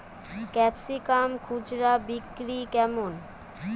Capsicum খুচরা বিক্রি কেমন?